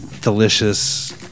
delicious